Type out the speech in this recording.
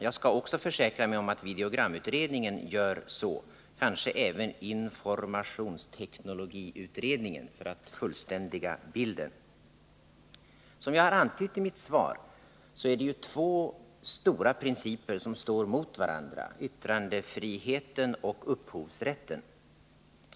Jag skall också försäkra mig om att videogramutredningen gör så — kanske även informationsteknologiutredningen, för att fullständiga bilden. Som jag har antytt i mitt svar är det här två stora principer som står mot varandra — yttrandefriheten och upphovsrätten.